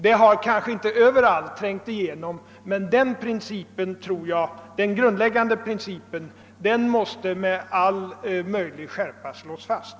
Det har kanske inte överallt trängt igenom, men den grundläggande principen måste med all möjlig skärpa slås fast.